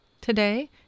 today